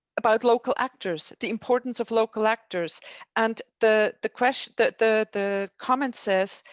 about local actors, the importance of local actors and the the question that the the comment says